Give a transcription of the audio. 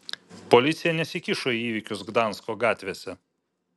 policija nesikišo į įvykius gdansko gatvėse